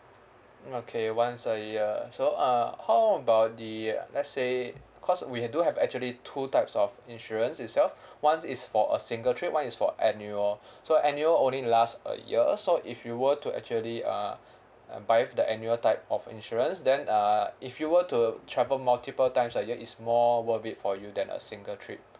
okay once a year so uh how about the let's say cause we do have actually two types of insurance itself one is for a single trip one is for annual so annual only last a year so if you were to actually uh buy for the annual type of insurance then uh if you were to travel multiple times a year it's more worth it for you than a single trip